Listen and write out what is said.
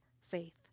faith